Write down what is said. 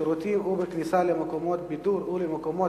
בשירותים ובכניסה למקומות בידור ולמקומות